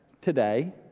today